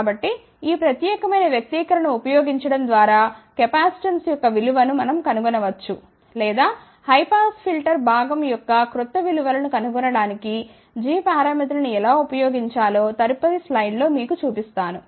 కాబట్టి ఈ ప్రత్యేకమైన వ్యక్తీకరణ ను ఉపయోగించడం ద్వారా కెపాసిటెన్స్ యొక్క విలువ ను మనం కనుగొనవచ్చు లేదా హై పాస్ ఫిల్టర్ భాగం యొక్క క్రొత్త విలు వలను కనుగొనడానికి g పారామితులను ఎలా ఉపయోగించాలో తదుపరి స్లైడ్లో మీకు చూపిస్తాను